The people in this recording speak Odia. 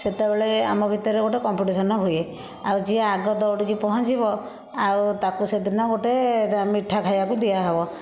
ସେତେବେଳେ ଆମ ଭିତରେ ଗୋଟିଏ କମ୍ପିଟିସନ୍ ହୁଏ ଆଉ ଯିଏ ଆଗ ଦୌଡ଼ିକି ପହଞ୍ଚିବ ଆଉ ତାକୁ ସେଦିନ ଗୋଟିଏ ମିଠା ଖାଇବାକୁ ଦିଆ ହେବ